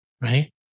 right